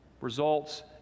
results